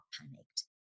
panicked